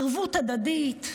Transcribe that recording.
ערבות הדדית.